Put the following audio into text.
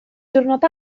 diwrnod